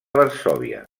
varsòvia